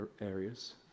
areas